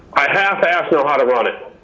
i half-ass know how to run it.